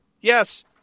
Yes